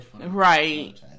Right